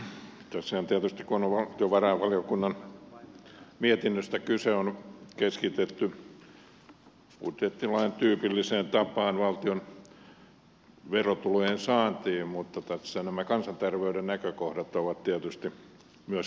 tässähän tietysti kun on ollut valtiovarainvaliokunnan mietinnöstä kyse on keskitytty budjettilain tyypilliseen tapaan valtion verotulojen saantiin mutta tässä myös nämä kansanterveyden näkökohdat ovat tietysti keskeisiä